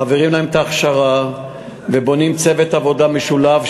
מעבירים להם את ההכשרה ובונים צוות עבודה משולב,